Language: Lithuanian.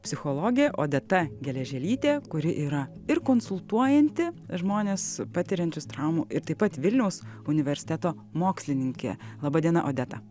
psichologė odeta geležėlytė kuri yra ir konsultuojanti žmones patiriančius traumų ir taip pat vilniaus universiteto mokslininkė laba diena odeta